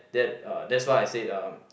that uh that's why I said uh